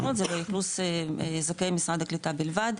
זה באכלוס זכאי משרד הקליטה בלבד.